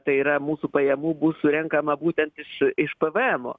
tai yra mūsų pajamų bus surenkama būtent iš iš pvmo